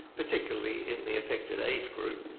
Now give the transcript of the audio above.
particularly in the affected age group,